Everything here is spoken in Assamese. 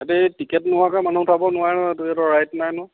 সিহঁতে এই টিকেট নোহোৱাকৈ মানুহ উঠাব নোৱাৰে নহয় সেইটো সিহঁতৰ ৰাইট নাই নহয়